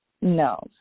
No